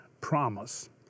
promise